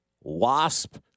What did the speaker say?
WASP